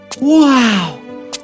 Wow